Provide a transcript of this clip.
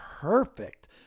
perfect